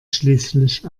schließlich